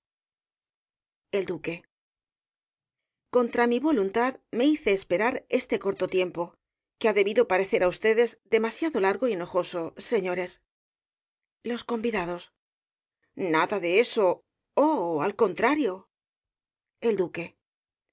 l duque contra mi voluntad me hice esperar este corto tiempo que ha debido parecer á ustedes demasiado largo y enojoso señores los convidados nada de eso oh al contrario e l duque